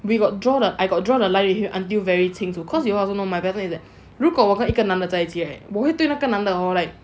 we got draw I got draw the line with him until very 清楚 cause you know also my pattern is that 如果我跟一个男的在一起 right 我会对那个男的 hor like